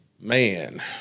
Man